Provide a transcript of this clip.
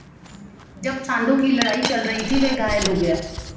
जब सांडों की लड़ाई चल रही थी, वह घायल हो गया